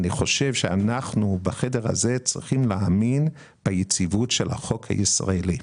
אני חושב שאנחנו בחדר הזה צריכים להאמין ביציבות של החוק הישראלי.